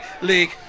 League